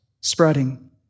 spreading